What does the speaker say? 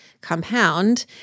compound